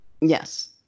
Yes